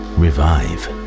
revive